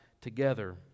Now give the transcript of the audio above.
together